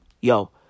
yo